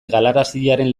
galaraziaren